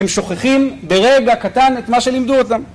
הם שוכחים ברגע קטן את מה שלימדו אותם